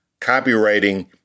copywriting